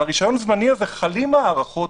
על הרישיון הזה חלות ההארכות,